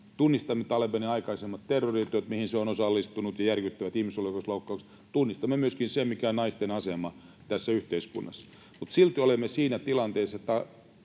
Tunnistamme Talebanin aikaisemmat terroriteot, mihin se on osallistunut, ja järkyttävät ihmisoikeusloukkaukset. Tunnistamme myöskin sen, mikä on naisten asema tässä yhteiskunnassa. Mutta silti olemme siinä tilanteessa, että